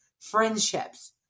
friendships